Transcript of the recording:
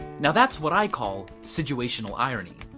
now that's what i call situational irony.